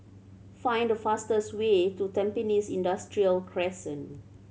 find the fastest way to Tampines Industrial Crescent